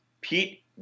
Pete